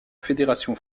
fédération